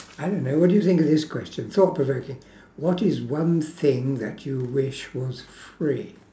I don't know what do you think of this question thought provoking what is one thing that you wish was free